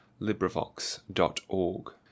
LibriVox.org